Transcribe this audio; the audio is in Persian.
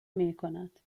میکند